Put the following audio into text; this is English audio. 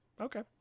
Okay